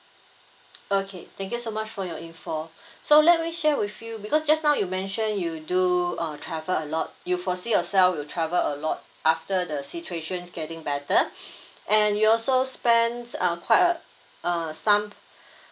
okay thank you so much for your info so let me share with you because just now you mentioned you do uh travel a lot do you foresee yourself you travel a lot after the situation getting better and you also spend uh quite a uh some